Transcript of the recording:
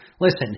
Listen